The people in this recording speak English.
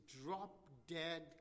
drop-dead